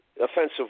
offensive